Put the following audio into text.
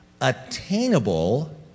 attainable